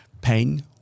pain